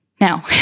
Now